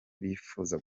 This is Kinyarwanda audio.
bifuza